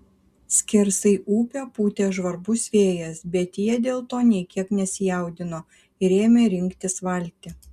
skersai upę pūtė žvarbus vėjas bet jie dėl to nė kiek nesijaudino ir ėmė rinktis valtį